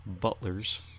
Butler's